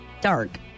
Dark